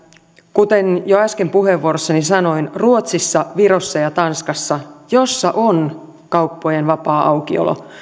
kuten jo äsken puheenvuorossani sanoin että ruotsissa virossa ja tanskassa joissa on kauppojen vapaa aukiolo